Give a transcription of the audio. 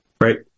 Right